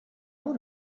want